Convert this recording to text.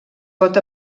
pot